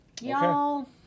Y'all